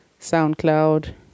SoundCloud